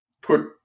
put